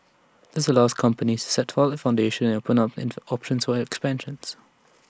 this allows companies set A solid foundation and opens up in the options for expansions